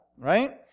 right